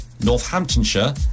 northamptonshire